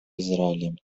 израилем